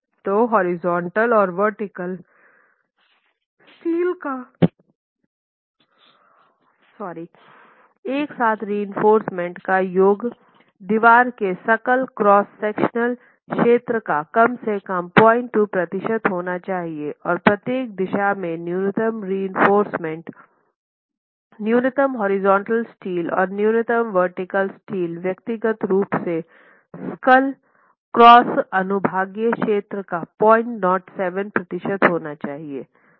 तो हॉरिजॉन्टल और vertical steel एक साथ रिइंफोर्समेन्ट का योग दीवार के सकल क्रॉस सेक्शनल क्षेत्र का कम से कम 02 प्रतिशत होना चाहिए और प्रत्येक दिशा में न्यूनतम रिइंफोर्समेन्ट न्यूनतम हॉरिजॉन्टल स्टील और न्यूनतम वर्टीकल स्टील व्यक्तिगत रूप से सकल क्रॉस अनुभागीय क्षेत्र का 007 प्रतिशत होना चाहिए